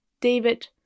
David